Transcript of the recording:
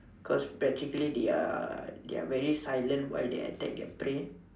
cause practically they are they are very silent while they attack their prey